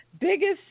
biggest